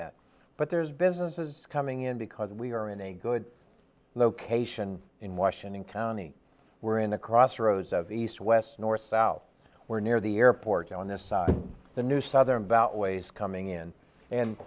that but there's businesses coming in because we are in a good location in washington county we're in the crossroads of east west north south we're near the airport on this side the new southern about ways coming in and